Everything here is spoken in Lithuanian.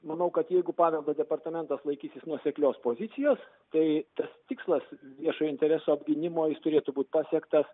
manau kad jeigu paveldo departamentas laikysis nuoseklios pozicijos tai tas tikslas viešojo intereso apgynimo jis turėtų būti pasiektas